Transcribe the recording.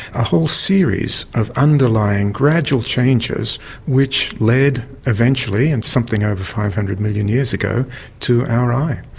a whole series of underlying gradual changes which led eventually and something over five hundred million years ago to our eye.